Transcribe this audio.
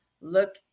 look